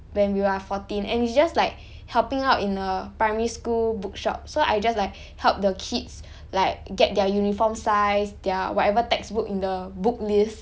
when we are fourteen and it's just like helping out in a primary school bookshop so I just like help the kids like get their uniform size their whatever textbook in the book lists